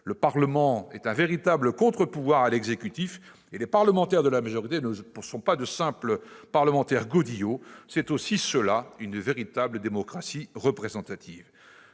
Le Parlement est un véritable contre-pouvoir à l'exécutif, et les parlementaires de la majorité ne sont pas de simples godillots. C'est aussi cela, une véritable démocratie représentative.